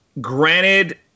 Granted